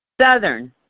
Southern